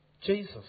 Jesus